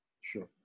Sure